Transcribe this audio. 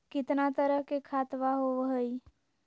कितना तरह के खातवा होव हई?